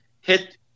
hit